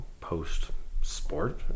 post-sport